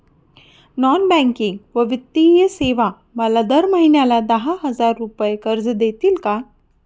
Non banking व वित्तीय सेवा मला दर महिन्याला दहा हजार रुपये कर्ज देतील का?